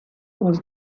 was